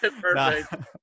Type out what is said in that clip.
perfect